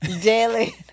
Daily